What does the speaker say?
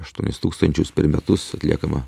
aštuonis tūkstančius per metus atliekama